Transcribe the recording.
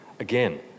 Again